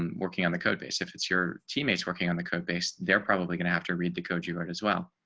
um working on the code base, if it's your teammates working on the code base, they're probably going to have to read the code, you are as well.